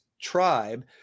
tribe